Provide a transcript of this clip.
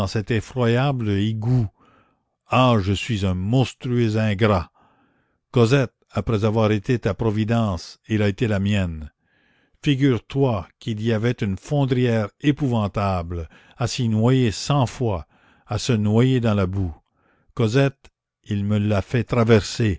cet effroyable égout ah je suis un monstrueux ingrat cosette après avoir été ta providence il a été la mienne figure-toi qu'il y avait une fondrière épouvantable à s'y noyer cent fois à se noyer dans la boue cosette il me l'a fait traverser